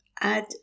add